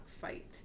fight